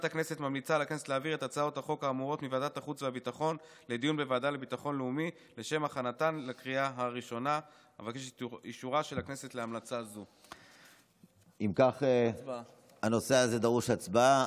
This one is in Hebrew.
2. הצעת חוק גירוש משפחות מחבלים,